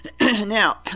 Now